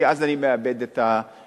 כי אז אני מאבדת את